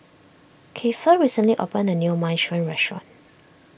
Keifer recently opened a new Minestrone restaurant